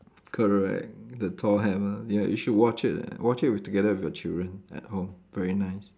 correct the Thor hammer ya you should watch it ah watch it with together with your children at home very nice